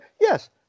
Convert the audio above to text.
yes